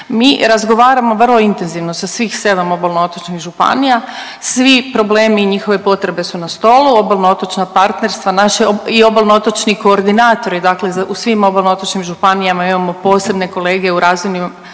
Mi razgovaramo vrlo intenzivno sa svih 7 obalno-otočnih županija. Svi problemi i njihove potrebe su na stolu. Obalno-otočna partnerstva i obalno-otočni koordinatori, dakle u svim obalno-otočnim županijama imamo posebne kolege u razvojnim